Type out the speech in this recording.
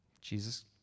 Jesus